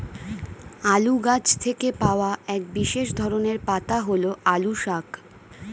আলু গাছ থেকে পাওয়া এক বিশেষ ধরনের পাতা হল আলু শাক